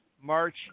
March